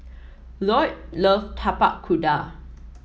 Lloyd love Tapak Kuda